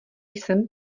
jsem